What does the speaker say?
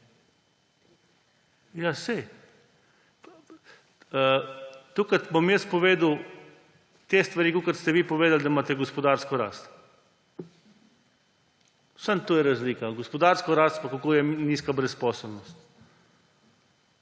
saj, tolikokrat bom jaz povedal te stvari, kot ste vi povedali, da imate gospodarsko rast. Samo to je razlika. Gospodarsko rast pa kako je nizka brezposelnost.